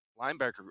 linebacker